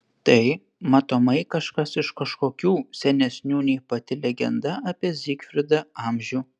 tai matomai kažkas iš kažkokių senesnių nei pati legenda apie zigfridą amžių